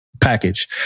package